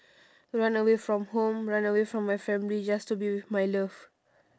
run away from home run away from my family just to be with my love